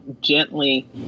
gently